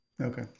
Okay